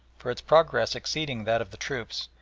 for, its progress exceeding that of the troops,